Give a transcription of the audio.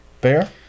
Bear